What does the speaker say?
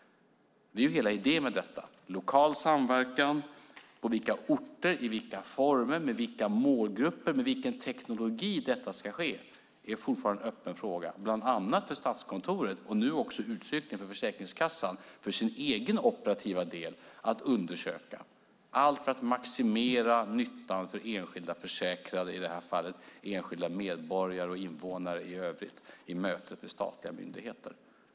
Det är hela idén med detta. På vilka orter, i vilka former, med vilka målgrupper och med vilken teknik lokal samverkan ska ske är fortfarande en öppen fråga, bland annat för Statskontoret och nu också uttryckligen för Försäkringskassan, som ska undersöka detta för sin egen operativa del för att maximera nyttan för enskilda försäkrade i det här fallet och för enskilda medborgare och invånare i övrigt i mötet med statliga myndigheter.